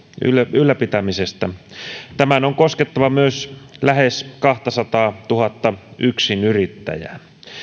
ylläpitämisestä tämän on koskettava myös lähes kahtasataatuhatta yksinyrittäjää